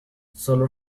sólo